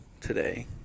today